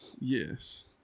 yes